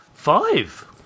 five